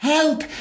Help